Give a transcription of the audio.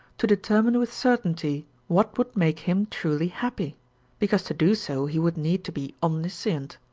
to determine with certainty what would make him truly happy because to do so he would need to be omniscient.